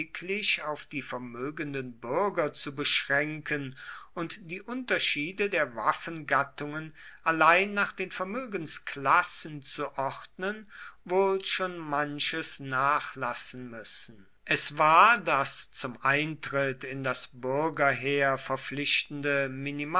auf die vermögenden bürger zu beschränken und die unterschiede der waffengattungen allein nach den vermögensklassen zu ordnen wohl schon manches nachlassen müssen es war das zum eintritt in das bürgerheer verpflichtende